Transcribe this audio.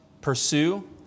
pursue